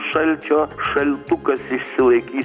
šalčio šaltukas išsilaikys